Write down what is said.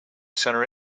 center